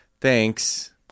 Thanks